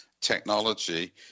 technology